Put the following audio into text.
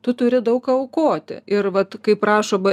tu turi daug aukoti ir vat kaip rašo ba